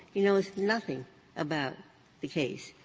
he knows nothing about the case.